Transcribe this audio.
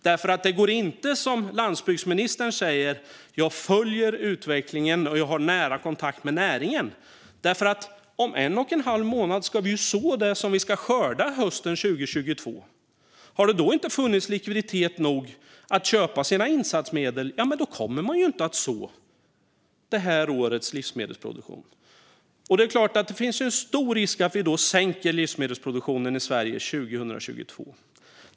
Det går inte att som landsbygdsministern säga: Jag följer utvecklingen och har nära kontakt med näringen. Om en och en halv månad ska vi ju så det som vi ska skörda hösten 2022. Har det då inte funnits likviditet nog att köpa insatsmedel kommer man inte att så det här årets livsmedelsproduktion. Det finns en stor risk att vi då sänker livsmedelsproduktionen i Sverige 2022.